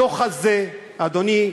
תודה.